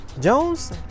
Jones